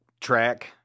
track